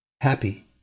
happy